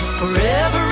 forever